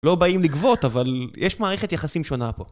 לא באים לגבות, אבל יש מערכת יחסים שונה פה.